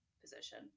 position